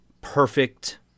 perfect